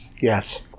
Yes